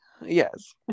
Yes